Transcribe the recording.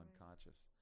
unconscious